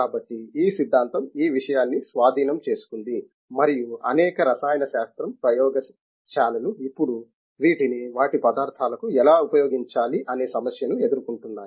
కాబట్టి ఈ సిద్ధాంతం ఈ విషయాన్ని స్వాధీనం చేసుకుంది మరియు అనేక రసాయన శాస్త్రం ప్రయోగశాలలు ఇప్పుడు వీటిని వాటి పదార్థాలకు ఎలా ఉపయోగించాలి అనే సమస్యను ఎదుర్కొంటున్నాయి